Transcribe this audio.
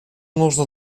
нужно